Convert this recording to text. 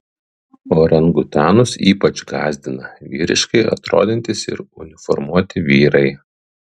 orangutanus ypač gąsdina vyriškai atrodantys ir uniformuoti vyrai